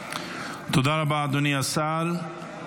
תודה רבה, אדוני השר.